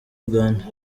uganda